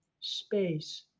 space